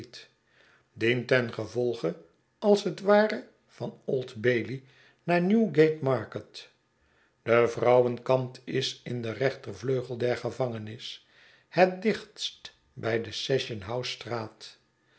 volge als het ware van old bailey naar newgate market de vrouwenkant is in den rechter vleugel der gevangenis het dichtst bij de